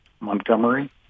montgomery